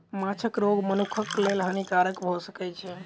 माँछक रोग मनुखक लेल हानिकारक भअ सकै छै